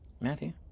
Matthew